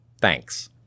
Thanks